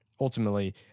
Ultimately